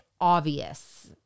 obvious